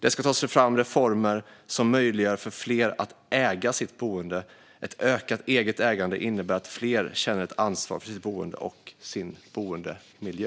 Det ska tas fram reformer som möjliggör för fler att äga sitt boende. Ett ökat eget ägande innebär att fler känner ett ansvar för sitt boende och sin boendemiljö.